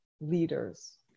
leaders